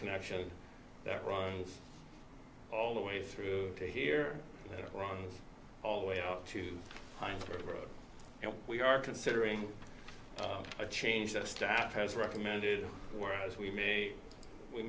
connection that runs all the way through to here runs all the way out to the road and we are considering a change that staff has recommended whereas we may we